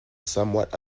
somewhat